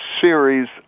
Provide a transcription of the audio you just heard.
series